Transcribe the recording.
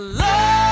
love